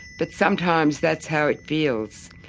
but sometimes that's how it feels,